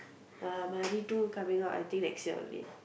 uh two coming out I think next year only